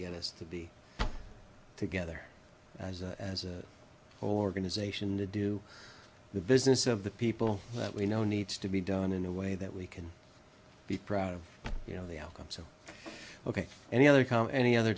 get us to be together as a whole organization to do the business of the people that we know needs to be done in a way that we can be proud of you know the outcome so ok any other comm any other